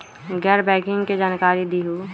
गैर बैंकिंग के जानकारी दिहूँ?